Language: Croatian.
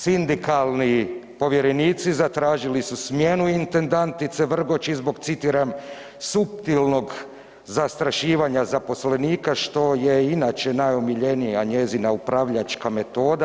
Sindikalni povjerenici zatražili su smjenu intendantice Vrgoč i zbog citiram „suptilnog zastrašivanja zaposlenika“ što je inače najomiljenija njezina upravljačka metoda.